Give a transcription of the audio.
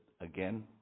again